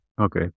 Okay